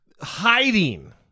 hiding